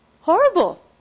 Horrible